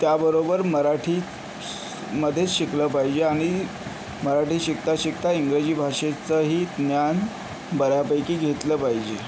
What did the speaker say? त्याबरोबर मराठीमध्येच शिकलं पाहिजे आणि मराठी शिकता शिकता इंग्रजी भाषेचंही ज्ञान बऱ्यापैकी घेतलं पाहिजे